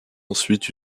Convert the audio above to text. ensuite